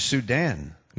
Sudan